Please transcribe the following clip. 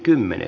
asia